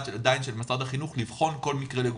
של משרד החינוך לבחון כל מקרה לגופו,